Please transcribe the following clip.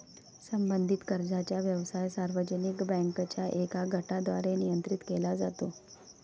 संबंधित कर्जाचा व्यवसाय सार्वजनिक बँकांच्या एका गटाद्वारे नियंत्रित केला जातो